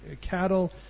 cattle